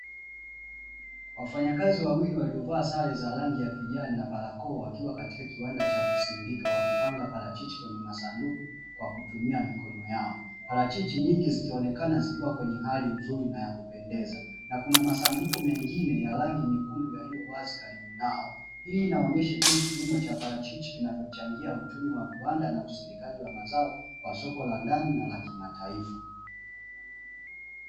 Wafanyakazi wawili waliovaa sare za rangi ya kijani na barakoa, wakiwa katika kiwanda cha kusindika, wakipanga parachichi kwenye masanduku kwa kutumia mikono yao, parachichi nyingi zikionekana zikiwa kwenye hali nzuri na ya kupendeza, na kuna masanduku mengine ya rangi nyekundu yaliyo wazi karibu nao; hii inaonyesha jinsi kilimo cha parachichi kinavyochangia uchumi wa viwanda na usindikaji wa mazao kwa soko la ndani na la kimataifa.